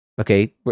Okay